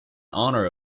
honor